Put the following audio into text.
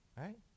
right